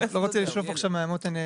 אני לא רוצה לשלוף עכשיו מהמותן.